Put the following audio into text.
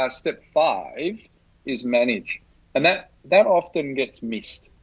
um step five is manage and that that often gets missed.